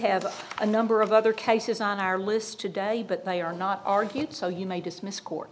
have a number of other cases on our list today but they are not argued so you may dismiss court